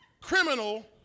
Criminal